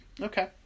Okay